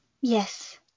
Yes